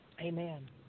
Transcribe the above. Amen